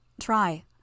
try